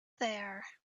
there